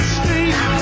street